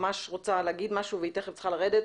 ממש רוצה להגיד משהו והיא תיכף צריכה לרדת.